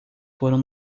foram